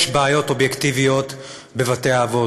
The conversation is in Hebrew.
יש בעיות אובייקטיביות בבתי-האבות,